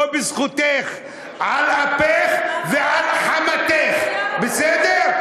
לא בזכותך על אפך ועל חמתך, בסדר?